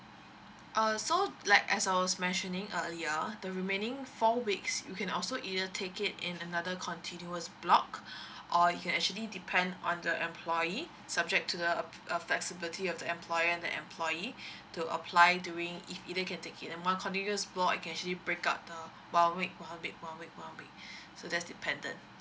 uh so like as I was mentioning earlier the remaining four weeks you can also either take it in another continuous block or you can actually depend on the employee subject to the uh flexibility of employer and employee to apply during if either can take it in one continuous block it can actually break up uh one week one week one week one week so that's the pattern